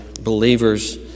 believers